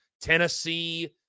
Tennessee